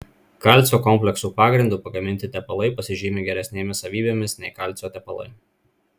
kalcio kompleksų pagrindu pagaminti tepalai pasižymi geresnėmis savybėmis nei kalcio tepalai